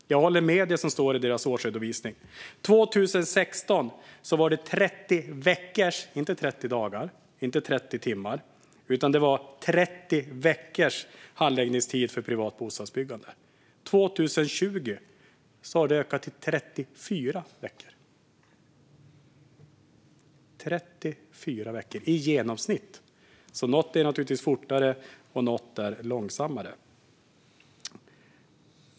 Jag håller med om det som står i deras årsredovisning. År 2016 var handläggningstiden 30 veckor - inte 30 dagar, inte 30 timmar utan 30 veckor - för privat bostadsbyggande. År 2020 hade den ökat till 34 veckor - i genomsnitt. Något går naturligtvis fortare, och något går långsammare.